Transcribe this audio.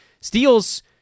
Steals